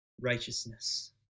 righteousness